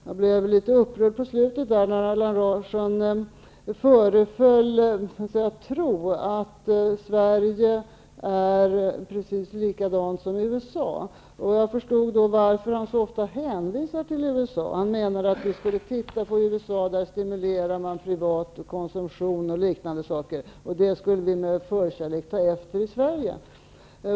Jag blev litet upprörd när Allan Larsson i slutet av sitt anförande föreföll tro att Sverige är precis likadant som USA. Jag förstod då varför han så ofta hänvisar till USA. Han menade att vi skulle titta på USA när man där stimulerar privat konsumtion och liknande saker. Det skulle vi ta efter i Sverige.